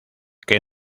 que